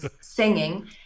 singing